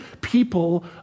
people